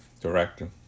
director